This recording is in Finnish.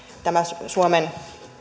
tämä suomen